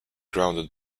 grounded